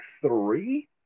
Three